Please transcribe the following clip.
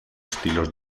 estilos